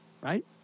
right